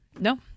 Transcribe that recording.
No